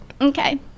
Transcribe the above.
Okay